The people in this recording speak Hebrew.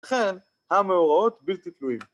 ‫אכן, המאורעות בלתי תלויים.